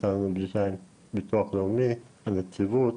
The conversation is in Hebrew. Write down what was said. הייתה לנו פגישה עם ביטוח לאומי, עם הנציגות.